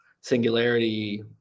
singularity